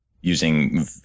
using